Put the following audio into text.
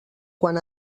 quan